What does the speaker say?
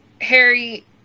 Harry